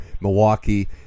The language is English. Milwaukee